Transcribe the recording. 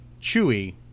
Chewie